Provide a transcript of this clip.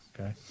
Okay